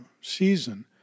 season